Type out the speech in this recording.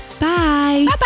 bye